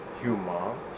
Human